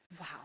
Wow